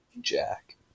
Jack